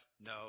no